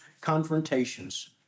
confrontations